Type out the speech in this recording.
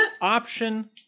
option